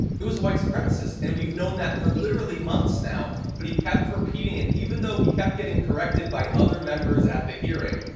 it was a white supremacist and we've known that for literally months now, but he kept repeating it even though he kept getting corrected by other members at the hearing.